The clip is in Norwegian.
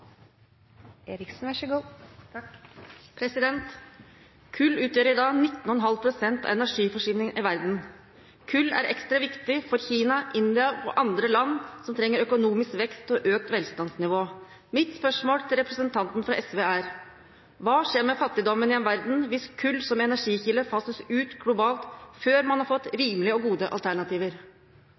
ekstra viktig for Kina, India og andre land, som trenger økonomisk vekst og økt velstandsnivå. Mitt spørsmål til representanten fra SV er: Hva skjer med fattigdommen i en verden hvis kull som energikilde fases ut globalt før man har fått rimelige og gode alternativer?